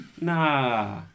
nah